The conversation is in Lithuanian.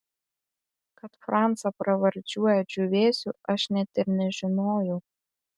kad francą pravardžiuoja džiūvėsiu aš net ir nežinojau